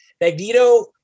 Magneto